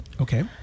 Okay